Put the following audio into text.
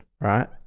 right